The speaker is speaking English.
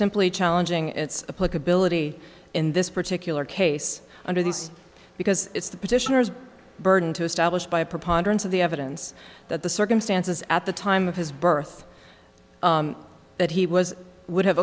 simply challenging it's a political military in this particular case under these because it's the petitioners burden to establish by a preponderance of the evidence that the circumstances at the time of his birth that he was would have